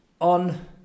on